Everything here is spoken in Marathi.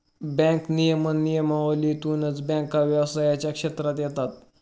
बँक नियमन नियमावलीतूनच बँका व्यवसायाच्या क्षेत्रात येतात